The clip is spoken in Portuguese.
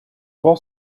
qual